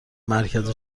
مرکز